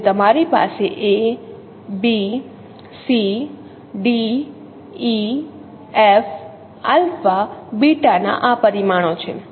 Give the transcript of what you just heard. તેથી તમારી પાસે a b c d e f આલ્ફા બીટાના આ પરિમાણો છે